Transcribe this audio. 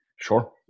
Sure